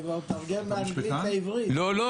וכל השאר בהיטל הולך רק 3.5% הולך לתקציב המדינה כל השאר